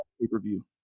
pay-per-view